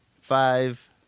five